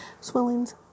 swellings